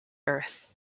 earth